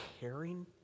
caring